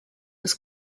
was